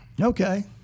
okay